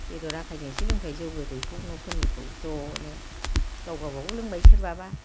बेदर आखाइजों एसे लोंफैबाय जौ गोदैखौ न'फोरनिखौ ज'नो गाव गावबागाव लोंबाय सोरबाबा